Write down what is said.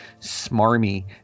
smarmy